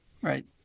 Right